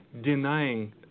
denying